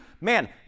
man